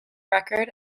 record